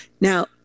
Now